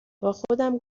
باخودم